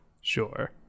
Sure